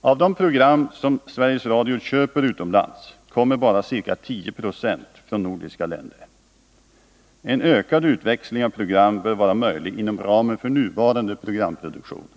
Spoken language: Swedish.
Av de program som Sveriges TV köper utomlands kommer bara ca 10 90 från nordiska länder. En ökad utväxling av program bör vara möjlig inom ramen för nuvarande programproduktion.